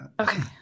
Okay